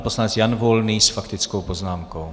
Poslanec Jan Volný s faktickou poznámkou.